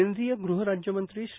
केंद्रीय गृहराज्य मंत्री श्री